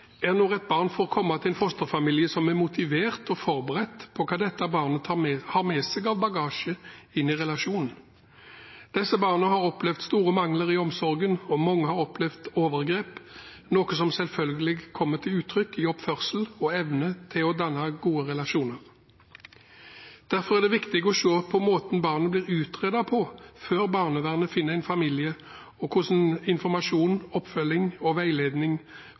er når et barn får komme til en fosterfamilie som er motivert og forberedt på hva dette barnet har med seg av bagasje inn i relasjonen. Disse barna har opplevd store mangler i omsorgen, og mange har opplevd overgrep, noe som selvfølgelig kommer til uttrykk i oppførsel og evne til å danne gode relasjoner. Derfor er det viktig å se på måten barnet blir utredet på før barnevernet finner en familie, og hva slags informasjon, oppfølging og veiledning